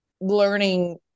learning